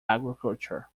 agriculture